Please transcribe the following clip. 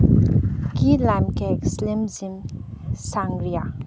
key lime cake slim jim sangria